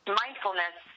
mindfulness